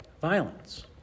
violence